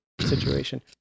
situation